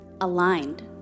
aligned